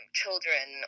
children